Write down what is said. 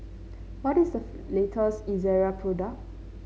what is the latest Ezerra product